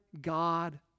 God